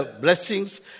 blessings